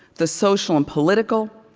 the social and political,